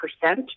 percent